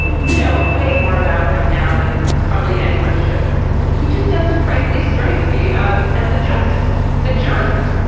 you know way more about him now than probably anyone should like he just doesn't frankly strike me as as a justice a jurist.